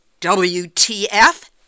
WTF